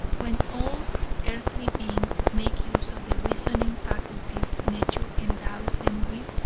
when all earthly beings make use of the reasoning faculties nature endows them with,